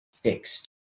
fixed